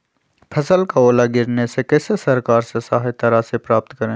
फसल का ओला गिरने से कैसे सरकार से सहायता राशि प्राप्त करें?